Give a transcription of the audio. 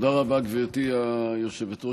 תודה רבה, גברתי היושבת-ראש.